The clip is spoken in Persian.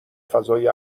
فضای